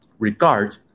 regard